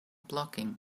blocking